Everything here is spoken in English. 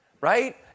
right